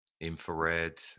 infrared